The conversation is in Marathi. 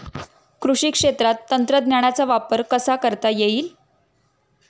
कृषी क्षेत्रात तंत्रज्ञानाचा वापर कसा करता येईल?